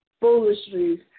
foolishness